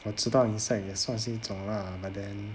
我知道 insects 也算是一种 lah but then